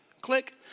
Click